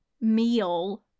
meal